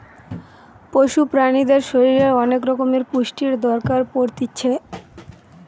পশু প্রাণীদের শরীরের অনেক রকমের পুষ্টির দরকার পড়তিছে